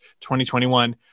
2021